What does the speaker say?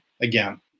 again